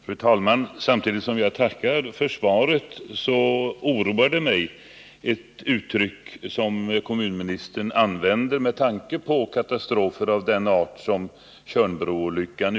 Fru talman! Samtidigt som jag tackar för svaret vill jag säga att det uttryck som kommunministern använde oroar mig med tanke på sådana katastrofer som Almöbroolyckan.